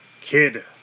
kid